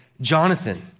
Jonathan